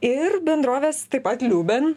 ir bendrovės taip pat liuben